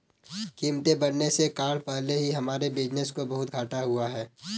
कीमतें बढ़ने के कारण पहले ही हमारे बिज़नेस को बहुत घाटा हुआ है